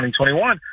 2021